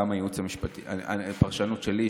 וזה פרשנות שלי,